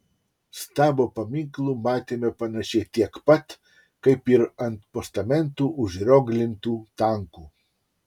stabo paminklų matėme panašiai tiek pat kaip ir ant postamentų užrioglintų tankų